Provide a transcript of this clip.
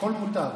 הכול מותר.